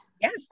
Yes